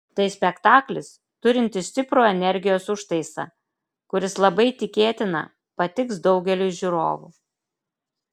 tai spektaklis turintis stiprų energijos užtaisą kuris labai tikėtina patiks daugeliui žiūrovų